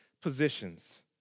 positions